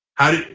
how do you?